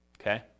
Okay